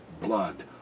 blood